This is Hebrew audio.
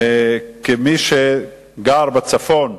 כמי שגר בצפון,